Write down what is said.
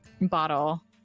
bottle